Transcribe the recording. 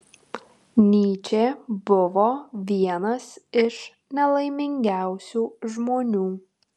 nyčė buvo vienas iš nelaimingiausių žmonių